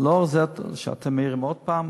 לאור זה שאתם מעירים עוד הפעם,